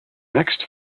next